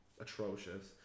atrocious